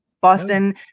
Boston